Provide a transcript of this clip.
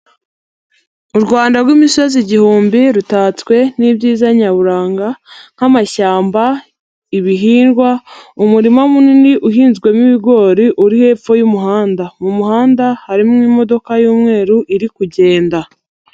U Rwanda rw'imisozi igihumbi rutatswe n'ibyiza nyaburanga nk'amashyamba, ibihingwa, umurima munini uhinzwemo ibigori uri hepfo y'umuhanda, mu muhanda harimo imodoka y'umweru iri kugenda.